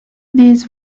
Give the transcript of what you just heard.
these